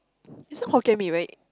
you so Hokkien-Mee right